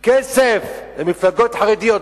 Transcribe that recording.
כסף למפלגות חרדיות.